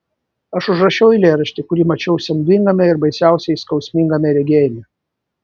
aš užrašiau eilėraštį kurį mačiau siaubingame ir baisiausiai skausmingame regėjime